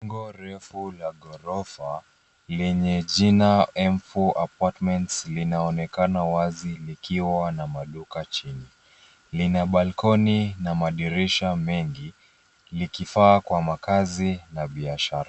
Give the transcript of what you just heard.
Jengo refu la ghorofa lenye jina M4 Apartments linaonekana wazi likiwa na maduka chini. Lina balcony na madirisha mengi likifaa kwa makazi na biashara.